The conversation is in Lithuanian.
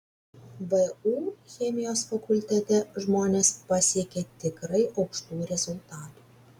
vu chemijos fakultete žmonės pasiekė tikrai aukštų rezultatų